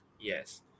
Yes